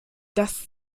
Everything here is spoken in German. das